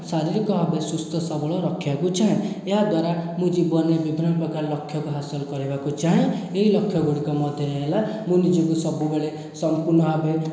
ଶାରୀରିକ ଭାବେ ସୁସ୍ଥସବଳ ରଖିବାକୁ ଚାହେଁ ଏହାଦ୍ୱାରା ମୁଁ ଜୀବନରେ ବିଭିନ୍ନ ପ୍ରକାର ଲକ୍ଷକୁ ହାସଲ୍ କରିବାକୁ ଚାହେଁ ଏହି ଲକ୍ଷ୍ୟ ଗୁଡ଼ିକ ମଧ୍ୟରେ ହେଲା ମୁଁ ନିଜକୁ ସବୁବେଳେ ସମ୍ପୁର୍ଣ୍ଣ ଭାବେ